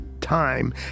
time